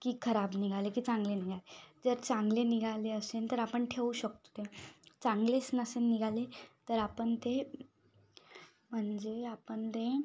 की खराब निघाले की चांगले निघाले जर चांगले निघाले असेल तर आपण ठेवू शकतो चांगलेच नसेल निघाले तर आपण ते म्हणजे आपण ते